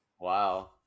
Wow